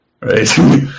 Right